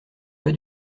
pas